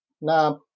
na